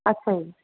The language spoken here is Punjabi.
ਅੱਛਾ ਜੀ